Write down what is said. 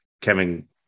Kevin